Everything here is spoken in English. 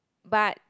but